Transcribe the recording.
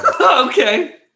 Okay